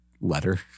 letter